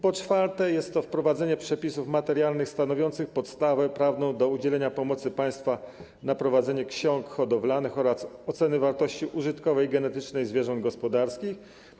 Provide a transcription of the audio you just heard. Po czwarte, jest to wprowadzenie przepisów materialnych stanowiących podstawę prawną do udzielenia pomocy państwa na prowadzenie ksiąg hodowlanych oraz oceny wartości użytkowej i genetycznej zwierząt gospodarskich.